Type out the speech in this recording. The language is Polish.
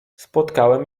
spotkałem